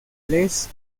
les